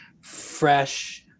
fresh